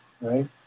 right